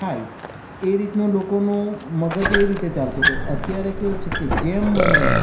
થાય એ રીતનું લોકોનું મગજ એ રીતે ચાલતું તું અત્યારે કેવું છે કે જેમ બને એમ